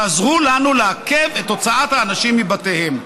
תעזרו לנו לעכב את הוצאת האנשים מבתיהם.